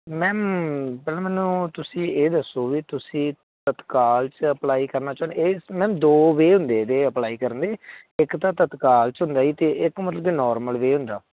ma'am ਪਹਿਲਾਂ ਮੈਨੂੰ ਤੁਸੀਂ ਇਹ ਦੱਸੋ ਵੀ ਤੁਸੀਂ ਤਤਕਾਲ 'ਚ ਅਪਲਾਈ ਕਰਨਾ ਚਾਹੁੰਦੇ ਇਹ 'ਚ ਮੈਮ ਦੋ ਵੇਅ ਹੁੰਦੇ ਇਹਦੇ ਅਪਲਾਈ ਕਰਨ ਦੇ ਇੱਕ ਤਾਂ ਤਤਕਾਲ 'ਚ ਹੁੰਦਾ ਜੀ ਅਤੇ ਇੱਕ ਮਤਲਬ ਕਿ ਨੋਰਮਲ ਵੇਅ ਹੁੰਦਾ